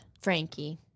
Frankie